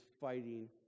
fighting